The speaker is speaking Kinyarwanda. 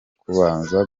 kubanza